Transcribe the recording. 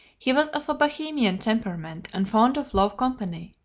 he was of a bohemian temperament, and fond of low company.